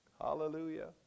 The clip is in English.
Hallelujah